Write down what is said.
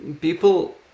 people